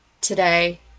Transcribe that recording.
today